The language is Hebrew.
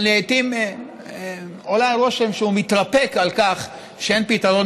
לעיתים עולה הרושם שהוא מתרפק על כך שאין פתרון